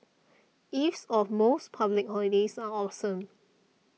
eves of most public holidays are awesome